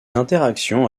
interactions